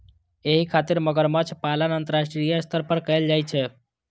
एहि खातिर मगरमच्छ पालन अंतरराष्ट्रीय स्तर पर कैल जाइ छै